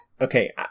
Okay